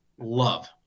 love